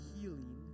healing